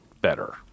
better